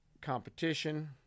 competition